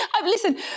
Listen